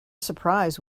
surprise